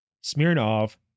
Smirnov